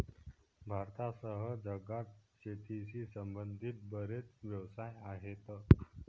भारतासह जगात शेतीशी संबंधित बरेच व्यवसाय आहेत